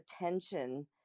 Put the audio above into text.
attention